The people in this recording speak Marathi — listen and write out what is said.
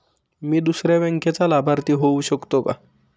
मी दुसऱ्या बँकेचा लाभार्थी होऊ शकतो का?